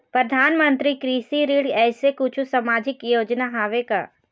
परधानमंतरी कृषि ऋण ऐसे कुछू सामाजिक योजना हावे का?